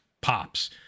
pops